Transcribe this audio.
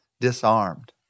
disarmed